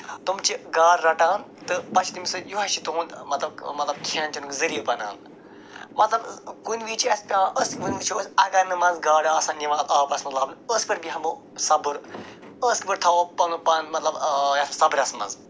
تِم چھِ گاڈٕ رٹان تہٕ پتہٕ چھِ تَمہِ سۭتۍ یِہوٚے چھِ تِہُنٛد مطلب مطلب کھٮ۪ن چٮ۪نُک ذریعہ بنان مطلب کُنہِ وِزِ چھِ اَسہِ وٕنۍ وٕچھو أسۍ اگر نہٕ منٛزٕ گاڈٕ آسَن یِوان اَتھ آبَس منٛز لَبنہٕ أسۍ کِتھ پٲٹھۍ بیٚہمو صبر أسۍ کِتھ پٲٹھۍ تھاوو پَنُن پان مطلب یَتھ صبرَس منٛز